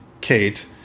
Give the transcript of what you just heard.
Kate